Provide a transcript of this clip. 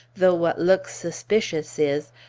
though what looks suspicious is,